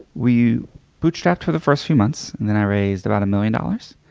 we bootstrapped for the first few months and then i raised about a million dollars.